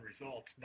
results